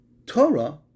Torah